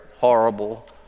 horrible